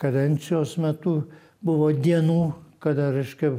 kadencijos metu buvo dienų kada reiškia